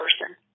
person